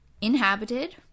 inhabited